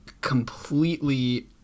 completely